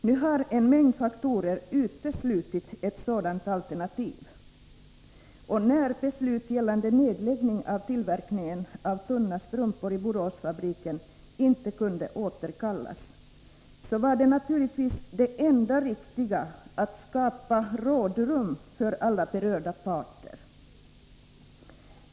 Nu har en mängd faktorer uteslutit ett sådant alternativ, och när beslut gällande nedläggning av tillverkningen av tunna strumpor i Boråsfabriken inte kunde återkallas, så var naturligtvis det enda riktiga att skapa rådrum för alla berörda parter.